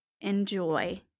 enjoy